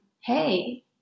hey